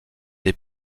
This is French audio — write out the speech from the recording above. des